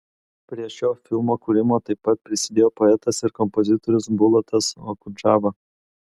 prie šio filmo kūrimo taip pat prisidėjo poetas ir kompozitorius bulatas okudžava